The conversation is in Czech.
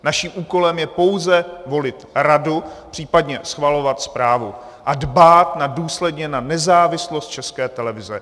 Naším úkolem je pouze volit radu, případně schvalovat zprávu a dbát důsledně na nezávislost České televize.